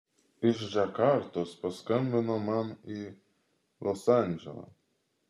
iš džakartos paskambino man į los andželą